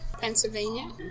Pennsylvania